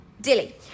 Dilly